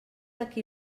aquí